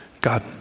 God